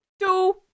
Two